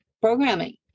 programming